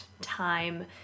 time